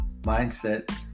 mindsets